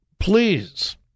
Please